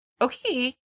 okay